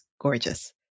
gorgeous